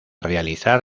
realizar